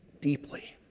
deeply